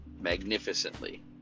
magnificently